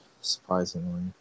surprisingly